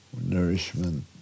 nourishment